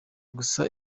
gusa